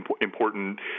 important